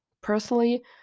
Personally